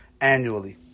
annually